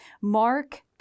Mark